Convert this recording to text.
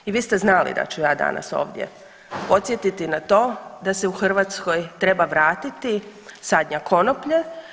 I vi ste znali da ću ja danas podsjetiti na to da se u Hrvatskoj treba vratiti sadnja konoplje.